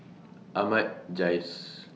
Ahmad Jais